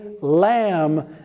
lamb